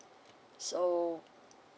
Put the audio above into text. so